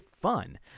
fun